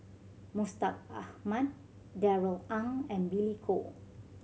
Mustaq Ahmad Darrell Ang and Billy Koh